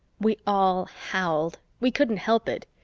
we all howled, we couldn't help it.